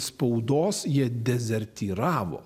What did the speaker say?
spaudos jie dezertyravo